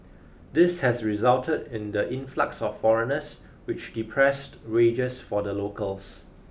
this has resulted in the influx of foreigners which depressed wages for the locals